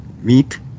meet